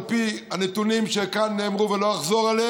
על פי הנתונים שנאמרו כאן,